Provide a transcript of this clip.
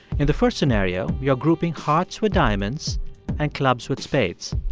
in the first scenario, you're grouping hearts with diamonds and clubs with spades.